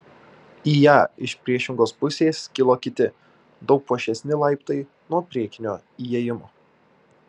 į ją iš priešingos pusės kilo kiti daug puošnesni laiptai nuo priekinio įėjimo